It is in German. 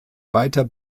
weiter